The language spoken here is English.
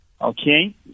Okay